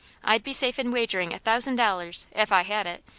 i'd be safe in wagering a thousand dollars, if i had it,